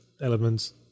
elements